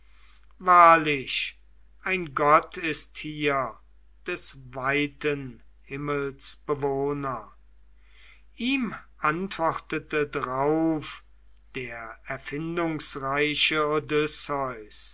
wahrlich ein gott ist hier des weiten himmels bewohner ihm antwortete drauf der erfindungsreiche